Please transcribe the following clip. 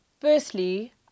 Firstly